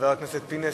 חבר הכנסת פינס,